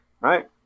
Right